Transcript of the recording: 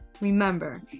Remember